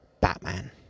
Batman